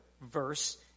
verse